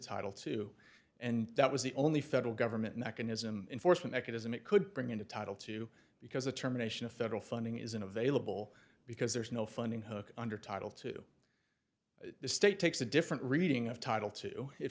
title two and that was the only federal government mechanism enforcement mechanism it could bring in to title two because the terminations federal funding isn't available because there's no funding hook under title to the state takes a different reading of title two it